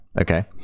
okay